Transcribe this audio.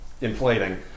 inflating